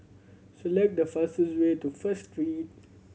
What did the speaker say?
select the fastest way to First Street